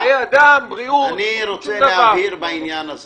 חיי אדם, בריאות שום דבר, תנו להרוויח כסף.